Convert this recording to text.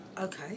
Okay